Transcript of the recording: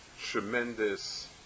tremendous